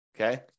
okay